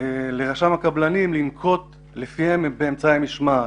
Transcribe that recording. לרשם הקבלנים לנקוט על פיהם אמצעי משמעת.